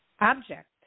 object